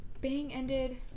Bang-ended